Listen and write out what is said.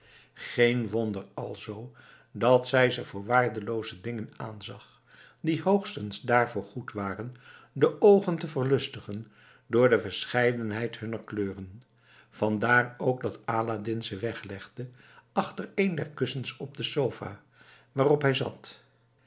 geen wonder alzoo dat zij ze voor waardelooze dingen aanzag die hoogstens daarvoor goed waren de oogen te verlustigen door de verscheidenheid hunner kleuren vandaar ook dat aladdin ze weglegde achter een der kussens van de sofa waarop hij zat